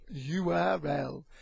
URL